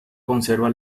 conserva